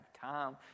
time